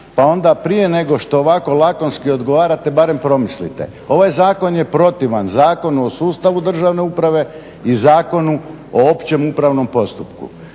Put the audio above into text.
pa onda prije nego što ovako lakonski odgovarate barem promislite. Ovaj zakon je protivan Zakonu o sustavu državne uprave i Zakonu o općem upravnom postupku.